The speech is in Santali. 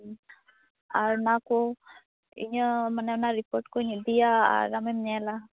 ᱦᱩᱸ ᱟᱨ ᱚᱱᱟᱠᱚ ᱤᱧᱟ ᱜ ᱢᱟᱱᱮ ᱚᱱᱟ ᱨᱤᱯᱳᱨᱴ ᱠᱚᱧ ᱤᱫᱤᱭᱟ ᱟᱨ ᱟᱢᱮᱢ ᱧᱮᱞᱟ